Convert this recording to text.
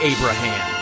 Abraham